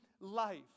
life